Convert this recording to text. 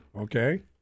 okay